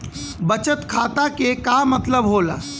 बचत खाता के का मतलब होला?